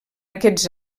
aquests